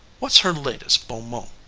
what's her latest bon mot?